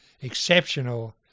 exceptional